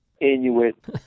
Inuit